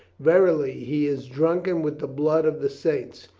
verily he is drunken with the blood of the saints!